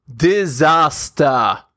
Disaster